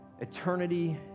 eternity